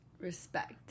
respect